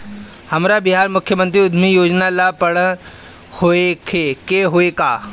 हमरा बिहार मुख्यमंत्री उद्यमी योजना ला पढ़ल होखे के होई का?